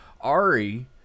Ari